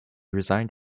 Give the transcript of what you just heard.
resigned